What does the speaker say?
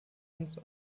uns